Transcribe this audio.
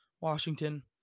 Washington –